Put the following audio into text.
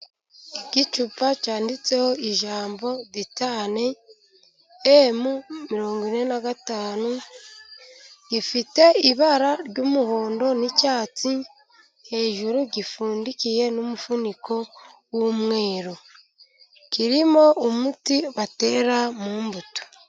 Igicupa cyanditseho ijambo ditani M- mirongo ine na gatanu, gifite ibara ry'umuhondo n'icyatsi. Hejuru gipfundikiye n'umufuniko w'umweru, kirimo umuti batera mu mbuto.